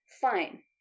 Fine